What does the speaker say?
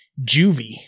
juvie